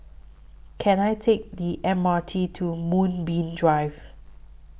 Can I Take The M R T to Moonbeam Drive